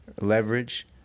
leverage